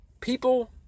People